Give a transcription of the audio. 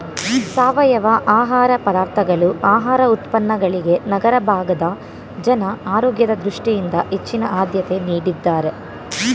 ಸಾವಯವ ಆಹಾರ ಪದಾರ್ಥಗಳು ಆಹಾರ ಉತ್ಪನ್ನಗಳಿಗೆ ನಗರ ಭಾಗದ ಜನ ಆರೋಗ್ಯದ ದೃಷ್ಟಿಯಿಂದ ಹೆಚ್ಚಿನ ಆದ್ಯತೆ ನೀಡಿದ್ದಾರೆ